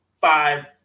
five